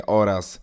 oraz